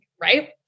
Right